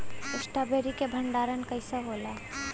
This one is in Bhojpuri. स्ट्रॉबेरी के भंडारन कइसे होला?